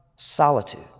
solitude